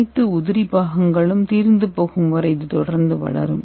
அனைத்து உதிரிபாகங்களும் தீர்ந்துபோகும் வரை இது தொடர்ந்து வளரும்